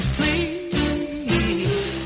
Please